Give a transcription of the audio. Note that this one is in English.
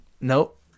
Nope